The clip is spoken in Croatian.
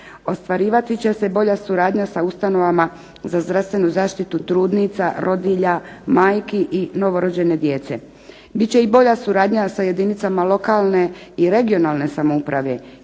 ostvarivati će se bolja suradnja sa ustanovama za zdravstvenu zaštitu trudnica, rodilja, majki i novorođene djece, bit će i bolja suradnja sa jedinicama lokalne i područne (regionalne) samouprave